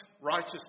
righteousness